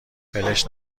ولش